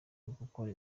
ugukora